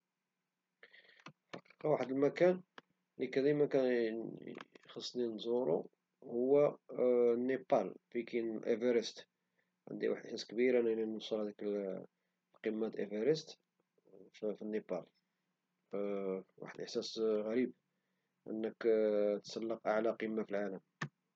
واحد المكان لي كيخصني دايما نزورو هو النيبال فين كاين إيفيريست، عندي واحد الإحساس كبير أنني نوصل لقمة إيفيريست في النيبال، واحد الأحساس غريب أنك تسلق أعلى قمة في العالم.